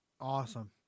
Awesome